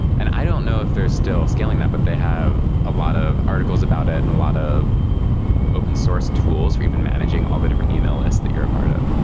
and i don't know if they're still scaling that, but they have a lot of articles about it and a lot of open source tools. we've been managing all the different email lists that you're a part of.